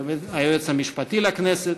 היועץ משפטי לכנסת,